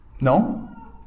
No